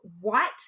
White